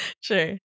Sure